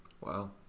wow